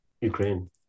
Ukraine